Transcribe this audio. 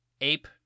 ape